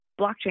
blockchain